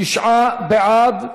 תשעה בעד,